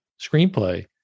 screenplay